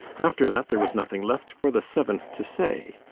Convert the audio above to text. after that, there was nothing left for the seventh to say.